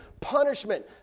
punishment